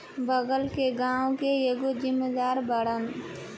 बगल के गाँव के एगो जमींदार बाड़न